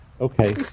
Okay